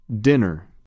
Dinner